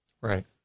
Right